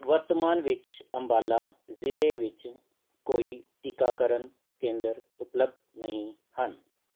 ਵਰਤਮਾਨ ਵਿੱਚ ਅੰਬਾਲਾ ਜ਼ਿਲ੍ਹੇ ਵਿੱਚ ਕੋਈ ਟੀਕਾਕਰਨ ਕੇਂਦਰ ਉਪਲੱਬਧ ਨਹੀਂ ਹਨ